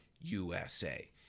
USA